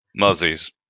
Muzzies